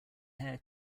hair